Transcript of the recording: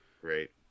Great